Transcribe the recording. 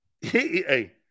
Hey